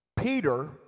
Peter